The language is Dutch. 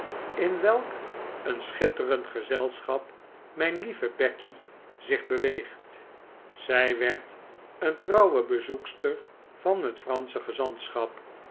in welk een schitterend gezelschap mijn lieve becky zich beweegt zij werd een trouwe bezoekster van het fransche gezantschap